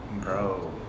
Bro